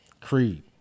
Creed